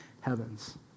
heavens